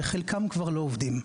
שחלקם כבר לא עובדים,